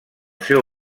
seu